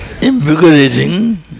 invigorating